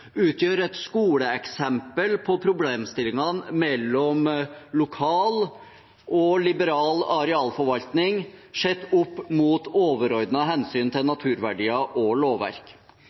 utgjør et skoleeksempel på problemstillingene mellom lokal og liberal arealforvaltning sett opp mot overordnede hensyn til naturverdier og lovverk.